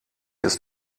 ist